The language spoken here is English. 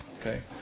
Okay